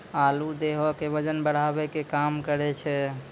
आलू देहो के बजन बढ़ावै के काम करै छै